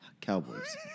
cowboys